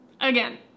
Again